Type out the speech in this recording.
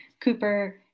Cooper